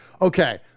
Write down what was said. okay